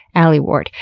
alie ward,